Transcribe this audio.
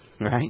Right